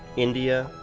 india,